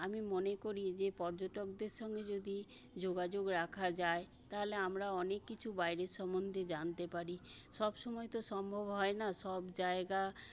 আমি মনে করি যে পর্যটকদের সঙ্গে যদি যোগাযোগ রাখা যায় তাহলে আমরা অনেক কিছু বাইরের সম্বন্ধে জানতে পারি সব সময় তো সম্ভব হয় না সব জায়গা